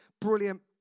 brilliant